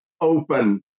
open